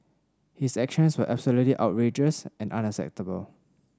his actions were absolutely outrageous and unacceptable